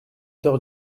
heures